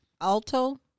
Alto